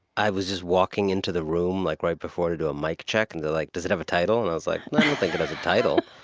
i was just walking into the room like right before to do a mic check, and they're like, does it have a title? and i was like, i don't think it has a title.